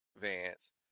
Vance